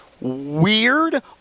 weird